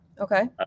Okay